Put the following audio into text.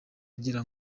agira